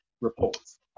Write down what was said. reports